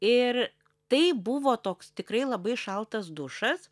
ir tai buvo toks tikrai labai šaltas dušas